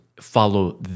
follow